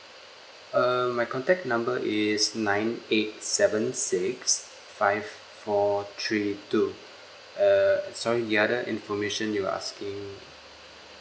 uh my contact number is nine eight seven six five four three two err sorry the other information you are asking